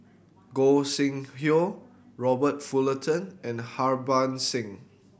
Gog Sing Hooi Robert Fullerton and Harbans Singh